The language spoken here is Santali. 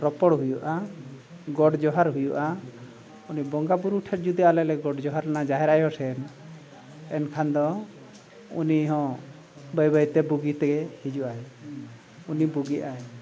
ᱨᱚᱯᱚᱲ ᱦᱩᱭᱩᱜᱼᱟ ᱜᱚᱰ ᱡᱚᱦᱟᱨ ᱦᱩᱭᱩᱜᱼᱟ ᱩᱱᱤ ᱵᱚᱸᱜᱟ ᱵᱩᱨᱩ ᱴᱷᱮᱱ ᱡᱩᱫᱤ ᱟᱞᱮᱞᱮ ᱜᱚᱰ ᱡᱚᱦᱟᱨᱮᱱᱟ ᱡᱟᱦᱮᱨ ᱟᱭᱳ ᱴᱷᱮᱱ ᱮᱱᱠᱷᱟᱱ ᱫᱚ ᱩᱱᱤ ᱦᱚᱸ ᱵᱟᱹᱭ ᱵᱟᱹᱭᱛᱮ ᱵᱩᱜᱤ ᱛᱮᱜᱮ ᱦᱤᱡᱩᱜ ᱟᱭ ᱩᱱᱤ ᱵᱩᱜᱤᱜ ᱟᱭ